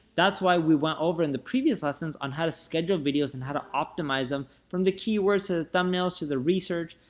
that's why we went over in the previous lessons on how to schedule videos and how to optimize them from the keywords, to the thumbnails, to the research,